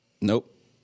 Nope